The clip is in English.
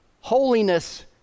holiness